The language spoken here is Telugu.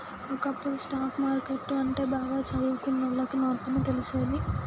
ఒకప్పుడు స్టాక్ మార్కెట్టు అంటే బాగా చదువుకున్నోళ్ళకి మాత్రమే తెలిసేది